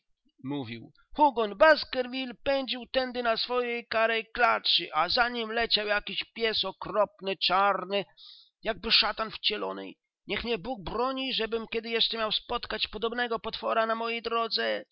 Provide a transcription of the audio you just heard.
mówił hugon baskerville pędził tędy na swojej karej klaczy a za nim leciał jakiś pies okropny czarny jakby szatan wcielony niech mnie bóg broni żebym kiedy jeszcze miał spotkać podobnego potwora na mojej drodze